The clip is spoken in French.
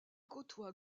côtoie